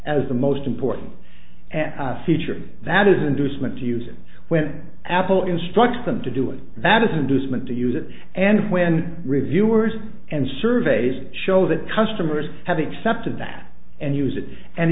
as the most important and feature that is inducement to use it when apple instructs them to do it that isn't too smart to use it and when reviewers and surveys show that customers have accepted that and use it and